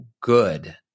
good